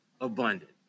abundant